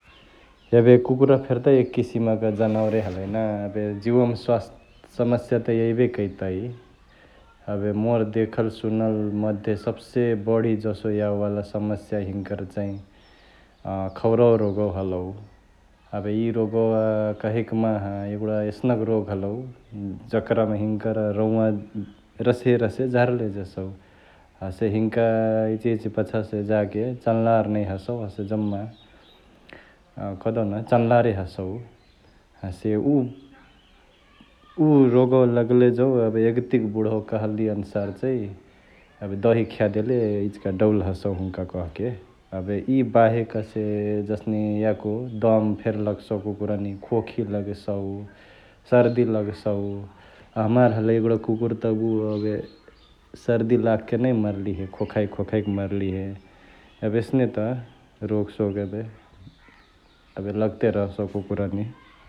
एबे कुकुरा फेरी त एक किसिमक जनवरे हलाई ना । एबे जिवामा स्वास्थे समस्या त एइबे कैतई । एबे मोर देखल सुनल मध्य सबसे बढी जसो यावेवाला समस्या हिन्कर चै खौरावा रोगवा हलउ । एबे इ रोगवा कहइक माहा इगुडा इसनुक रोग हलउ जकरमा हिनकर रोउवा रसे रसे झारले जेसउ । हसे हिनिका इचहिच पछासे जा के चन्लार नहिया हसउ । हसे जम्मा कदेउ न चनलरे हसउ । हसे उ रोगवा लगले जौ एबे यगतिक बुढवा कहली आनुसार चै एबे दही खियादेले यिचका डौल हसउ हुनका कहके । एबे इ बाहेक हसे जसने याको दम फेरी लगसउ कुकुरा नि, खोखी लगसउ, सर्दी लगसउ । हमार हलाई एगुडा कुकुर त उ एबे सर्दी लगके नै मर्लिहे, खोखाई खोखाई कि मर्लिहे एबे एसने त रोगसोग एबे लगते रहसउ कुकुरा नि ।